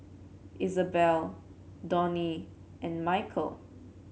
Isabel Donny and Mikeal